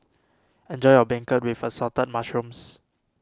enjoy your Beancurd with Assorted Mushrooms